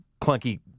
clunky